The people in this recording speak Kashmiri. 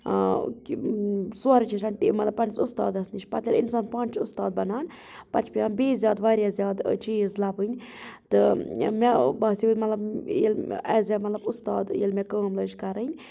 سورٕے چھِ ہیٚچھان مطلب پَننس اُستادس نِش پَتہِ ییٚلہِ اِنسان پانہٕ چھُ اُستاد بَنان پَتہِ چھُ پیٚوان بیٚیہِ زیادٕ واریاہ زیادٕ چیٖز لَبٕنۍ تہِ مےٚ باسیٚو مطلب ییٚلہِ ایز اےٚ استاد مطلب ییٚلَہَ مےٚ کأم لٲج کرٕنۍ